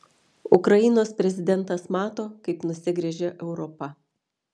ukrainos prezidentas mato kaip nusigręžia europa